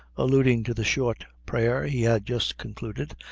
alluding to the short prayer he had just concluded,